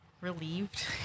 Relieved